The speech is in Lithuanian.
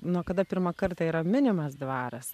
nuo kada pirmą kartą yra minimas dvaras